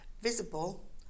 visible